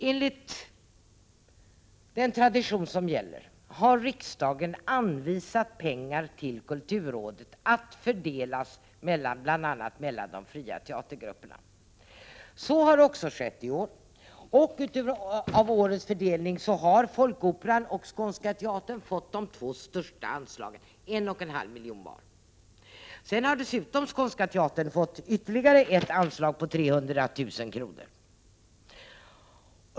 Enligt den tradition som gäller har riksdagen till kulturrådet anvisat pengar som skall fördelas bl.a. mellan de fria grupperna. Så har också skett i år, och av årets fördelning har Folkoperan och Skånska teatern fått de två största anslagen, 1,5 milj.kr. var. Skånska teatern har dessutom fått ytterligare ett anslag på 300 000 kr.